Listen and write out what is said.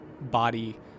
body